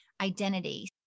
identity